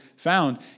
Found